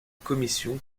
commission